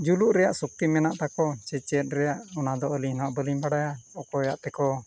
ᱡᱩᱞᱩᱜ ᱨᱮᱭᱟᱜ ᱥᱚᱠᱛᱤ ᱢᱮᱱᱟᱜ ᱛᱟᱠᱚᱣᱟ ᱥᱮ ᱪᱮᱫ ᱨᱮᱭᱟᱜ ᱚᱱᱟᱫᱚ ᱟᱞᱤᱧ ᱱᱟᱦᱟᱜ ᱵᱟᱞᱤᱧ ᱵᱟᱰᱟᱭᱟ ᱚᱠᱚᱭᱟᱜ ᱛᱮᱠᱚ